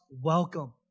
welcome